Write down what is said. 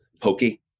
pokey